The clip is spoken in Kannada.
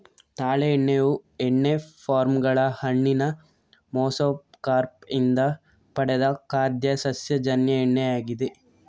ತಾಳೆ ಎಣ್ಣೆಯು ಎಣ್ಣೆ ಪಾಮ್ ಗಳ ಹಣ್ಣಿನ ಮೆಸೊಕಾರ್ಪ್ ಇಂದ ಪಡೆದ ಖಾದ್ಯ ಸಸ್ಯಜನ್ಯ ಎಣ್ಣೆಯಾಗಿದೆ